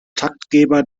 taktgeber